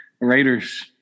Raiders